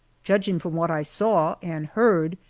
judging from what i saw and heard,